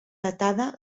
datada